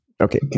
okay